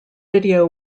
video